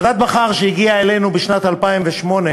ועדת בכר, שהגיעה אלינו בשנת 2008,